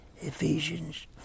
Ephesians